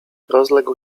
rozległ